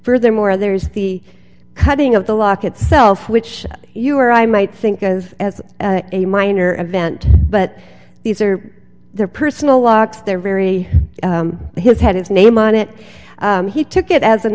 furthermore there is the cutting of the lock itself which you or i might think was as a minor event but these are their personal locks their very his had his name on it he took it as an